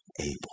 able